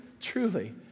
truly